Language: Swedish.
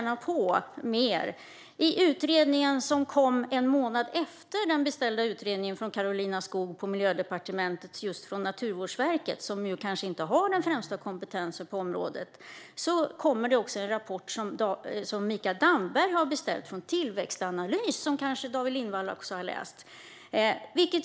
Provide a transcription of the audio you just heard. Det kom även en utredning en månad efter den utredning som Karolina Skog på Miljödepartementet beställt av Naturvårdverket, som kanske inte har den främsta kompetensen på området. Det var en rapport som Mikael Damberg hade beställt från Tillväxtanalys. David Lindvall kanske har läst den.